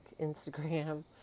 Instagram